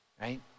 right